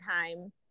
time